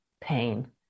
pain